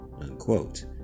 unquote